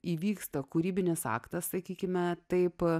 įvyksta kūrybinis aktas sakykime taip